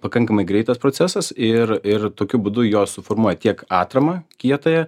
pakankamai greitas procesas ir ir tokiu būdu jos suformuoja tiek atramą kietąją